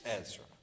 Ezra